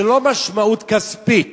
זה לא משמעות כספית